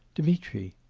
dmitri,